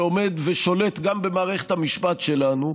שעומד ושולט גם במערכת המשפט שלנו,